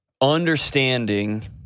Understanding